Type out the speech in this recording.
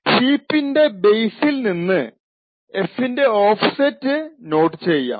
ഹീപ്പിൻറെ ബേസിൽ നിന്ന് f ൻറെ ഓഫ്സെറ്റ് നോട്ട് ചെയ്യാം